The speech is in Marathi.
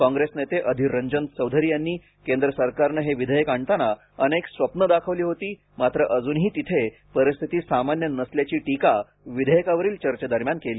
कॉंग्रेस नेते अधीर रंजन चौधरी यांनी केंद्र सरकारनं हे विधेयक आणताना अनेक स्वप्न दाखवली होती मात्र अजूनही तिथे परिस्थती सामान्य नसल्याची टीका विधेयकावरील चर्चेदरम्यान केली